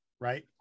right